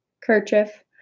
kerchief